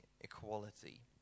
equality